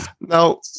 Now